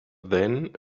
then